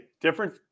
Different